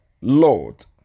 Lord